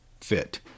fit